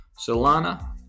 Solana